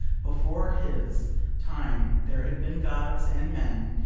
before his time there had been gods and men,